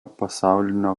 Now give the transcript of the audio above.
pasaulinio